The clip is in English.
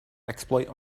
exploit